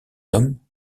homme